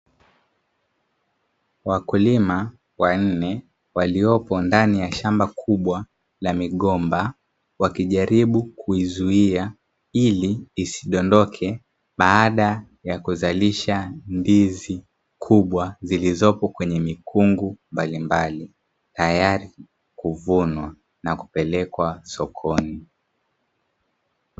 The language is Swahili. Wakulima wanne waliopo ndani ya shamba kubwa la migomba wakijaribu kuizuia ili isidondoke, baada ya kuzalisha ndizi kubwa zilizopo kwenye mikungu mbalimbali tayari kuvunwa na kupelekwa sokoni.